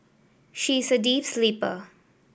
she is a deep sleeper